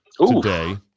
today